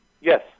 yes